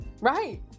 right